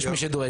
יש מי שדואג.